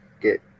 get